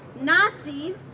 Nazis